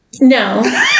No